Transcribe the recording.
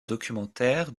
documentaires